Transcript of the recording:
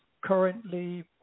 currently